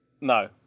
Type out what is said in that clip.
No